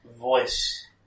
voice